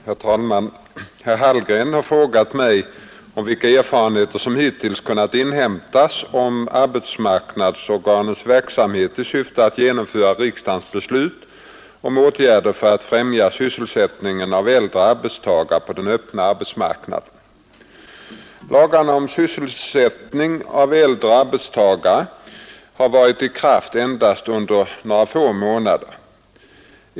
Herr talman! Herr Hallgren har frågat mig om vilka erfarenheter som hittills kunnat inhämtas om arbetsmarknadsorganens verksamhet i syfte att genomföra riksdagens beslut om ätgärder för att främja sysselsättningen av äldre arbetstagare på den öppna arbetsmarknaden. Lagarna om sysselsättning av äldre arbetstagare har varit i kraft endast under några få månader.